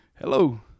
Hello